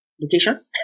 location